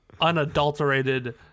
unadulterated